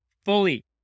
fully